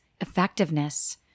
effectiveness